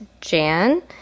Jan